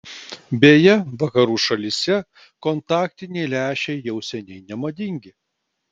beje vakarų šalyse kontaktiniai lęšiai jau seniai nemadingi